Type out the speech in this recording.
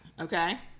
okay